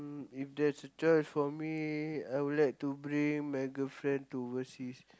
mm if there's a choice of me I would like to bring my girlfriend to overseas